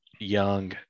Young